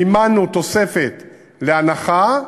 מימנו תוספת להנחה,